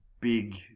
big